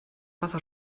wasser